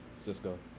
Cisco